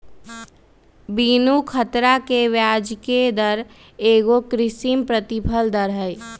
बीनू ख़तरा के ब्याजके दर एगो कृत्रिम प्रतिफल दर हई